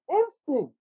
instinct